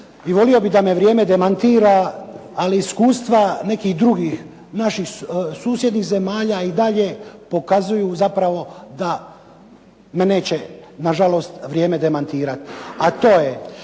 i volio bih da me vrijeme demantira, ali iskustva nekih drugih naših susjednih zemalja i dalje pokazuju zapravo da me neće na žalost vrijeme demantirati.